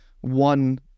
one